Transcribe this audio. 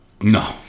No